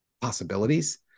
possibilities